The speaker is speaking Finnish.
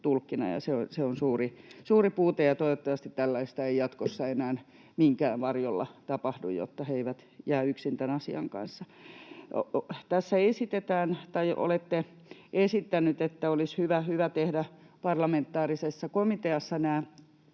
se on suuri puute. Toivottavasti tällaista ei jatkossa enää minkään varjolla tapahdu, jotta he eivät jää yksin tämän asian kanssa. Tässä olette esittänyt, että olisi hyvä tehdä parlamentaarisessa komiteassa nämä